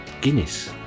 Guinness